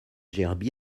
gerbe